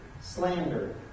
slander